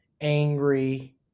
angry